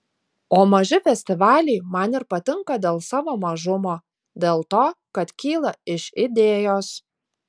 o maži festivaliai man ir patinka dėl savo mažumo dėl to kad kyla iš idėjos